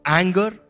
anger